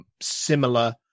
similar